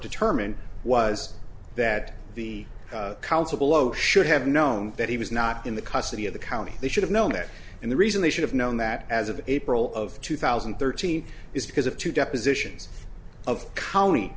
determined was that the council below should have known that he was not in the custody of the county they should have known that and the reason they should have known that as of april of two thousand and thirteen is because of two depositions of county